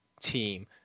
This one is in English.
team